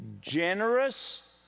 generous